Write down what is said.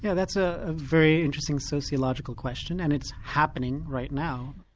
yeah that's ah a very interesting sociological question, and it's happening right now.